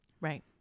Right